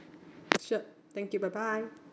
sure thank you bye bye